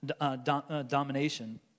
domination